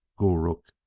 gulrukh,